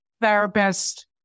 therapist